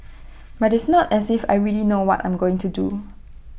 but it's not as if I really know what I'm going to do